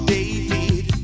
David